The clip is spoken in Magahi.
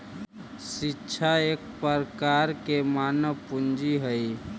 शिक्षा एक प्रकार के मानव पूंजी हइ